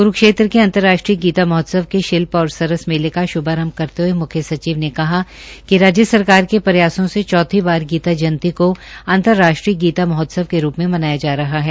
कुरूक्षेत्र के अंतर्राष्ट्रीय गीता महोत्सव के शिल्प और सरस मेले का श्भारम्भ करते हये मुख्यसचिव ने कहा कि राज्य सरकार के प्रयासों से चौथी बार गीता जयंती को अंतर्राष्ट्रीय गीता महोत्सव के रुप में मनाया जा रहा है